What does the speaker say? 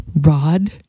rod